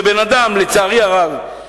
לצערי הרב,